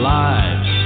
lives